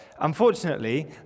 unfortunately